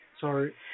Sorry